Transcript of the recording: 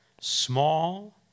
small